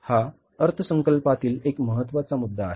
हा अर्थसंकल्पातील एक महत्वाचा मुद्दा आहे